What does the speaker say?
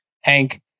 Hank